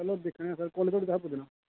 चलो दिक्खने आं सर कोल्ले धोड़ी तुसें पुज्जना